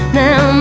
now